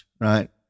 Right